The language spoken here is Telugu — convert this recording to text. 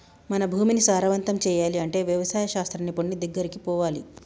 మన భూమిని సారవంతం చేయాలి అంటే వ్యవసాయ శాస్త్ర నిపుణుడి దెగ్గరికి పోవాలి